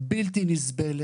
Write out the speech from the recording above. בלתי נסבלת,